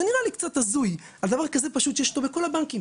זה נראה לי קצת הזוי על דבר כזה פשוט שיש אותו בכל הבנקים,